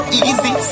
easy